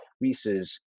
increases